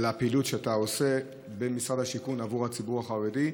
הפעילות שאתה עושה במשרד השיכון עבור הציבור החרדי.